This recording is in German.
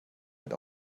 wird